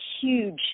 huge